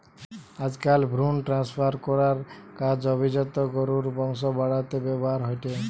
আজকাল ভ্রুন ট্রান্সফার করার কাজ অভিজাত গরুর বংশ বাড়াতে ব্যাভার হয়ঠে